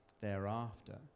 thereafter